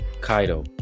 kaido